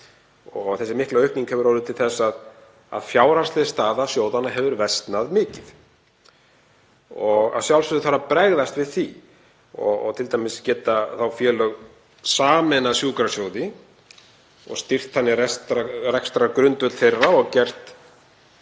Þessi mikla aukning hefur orðið til þess að fjárhagsleg staða sjóðanna hefur versnað mikið. Að sjálfsögðu þarf að bregðast við því og t.d. geta félög sameinað sjúkrasjóði og styrkt þannig rekstrargrundvöll þeirra og gert